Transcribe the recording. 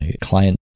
client